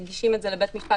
מגישים את זה לבית משפט,